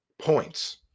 Points